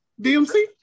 DMC